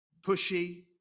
pushy